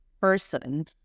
person